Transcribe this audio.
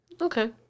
Okay